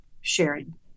sharing